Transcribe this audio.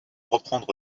reprendre